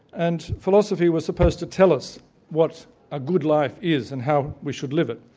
and philosophy was supposed to tell us what a good life is, and how we should live it.